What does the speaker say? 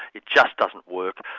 it just doesn't work,